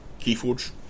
Keyforge